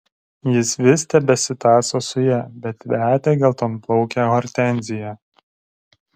jis vis tebesitąso su ja bet vedė geltonplaukę hortenziją